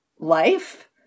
Life